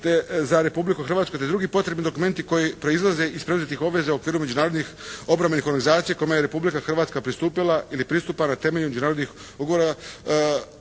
za Republiku Hrvatsku i drugi potrebni dokumenti koji proizlaze iz preuzetih obveza u okviru međunarodnih obrambenih organizacija kome je Republika Hrvatska pristupila ili pristupa na temelju međunarodnih ugovora